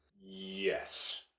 yes